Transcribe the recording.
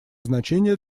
значение